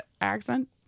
accent